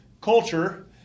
culture